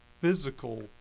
physical